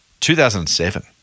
2007